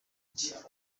iki